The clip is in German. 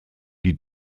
die